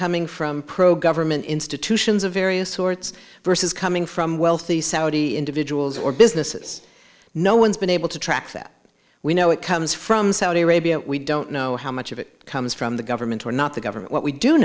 coming from pro government institutions of various sorts versus coming from wealthy saudi individuals or businesses no one's been able to track that we know it comes from saudi arabia we don't know how much of it comes from the government or not the government what we do